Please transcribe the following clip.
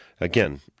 Again